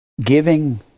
giving